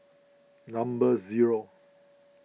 number zero